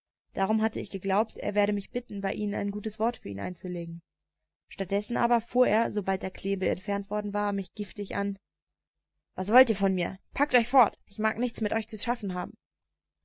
darum hatte ich geglaubt er werde mich bitten bei ihnen ein gutes wort für ihn einzulegen statt dessen aber fuhr er sobald der knebel entfernt worden war mich giftig an was wollt ihr von mir packt euch fort ich mag nichts mit euch zu schaffen haben